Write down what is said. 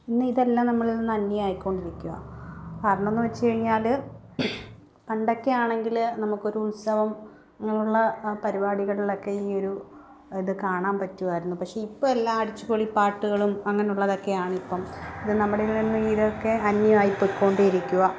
ഇന്ന് ഇതെല്ലാം നമ്മളിൽനിന്ന് അന്യമായിക്കൊണ്ടിരിക്കുകയാണ് കാരണം എന്ന് വെച്ചു കഴിഞ്ഞാൽ പണ്ടൊക്കെയാണെങ്കിൽ നമുക്കൊരു ഉത്സവം അങ്ങനെയുള്ള പരിപാടികളിലൊക്കെ ഈ ഒരു ഇത് കാണാൻ പറ്റുമായിരുന്നു പക്ഷേ ഇപ്പം എല്ലാം അടിച്ചുപൊളി പാട്ടുകളും അങ്ങനെയുള്ളതൊക്കെയാണിപ്പം ഇത് നമ്മുടെയിൽനിന്നും ഇതൊക്കെ അന്യമായി പോയിക്കൊണ്ടേ ഇരിക്കുകയാണ്